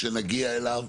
שנגיע אליו,